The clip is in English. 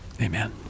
Amen